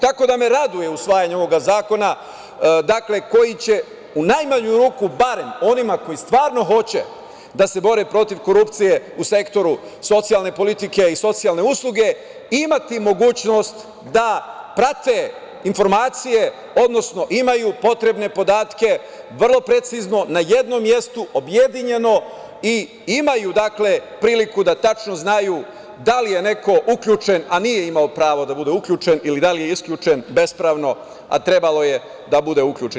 Tako da, me raduje usvajanje ovog zakona, koji će u najmanju ruku, barem, onima koji stvarno hoće da se bore protiv korupcije u sektoru socijalne politike i socijalne usluge imati mogućnost da prate informacije, odnosno imaju potrebne podatke vrlo precizno na jednom mestu, objedinjeno i imaju priliku da tačno znaju da li je neko uključen, a nije imao pravo da bude uključen, odnosno da li je isključen bespravno, a trebalo je da bude uključen.